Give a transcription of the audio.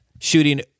shooting